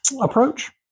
approach